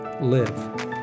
live